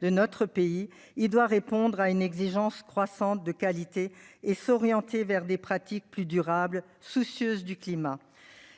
de notre pays, il doit répondre à une exigence croissante de qualité et s'orienter vers des pratiques plus durables soucieuse du climat.